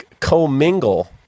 co-mingle